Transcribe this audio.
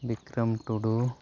Bikram Tudu